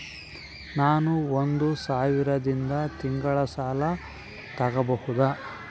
ನಾನು ಒಂದು ಸಾವಿರದಿಂದ ತಿಂಗಳ ಸಾಲ ತಗಬಹುದಾ?